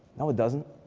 no, it doesn't,